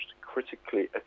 critically